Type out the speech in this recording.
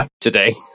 today